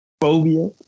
phobia